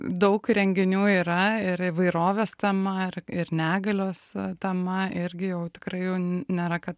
daug renginių yra ir įvairovės tema ir ir negalios tema irgi jau tikrai jau nėra kad